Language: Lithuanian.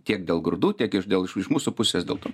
tiek dėl grūdų tiek ir dėl iš iš mūsų pusės dėl to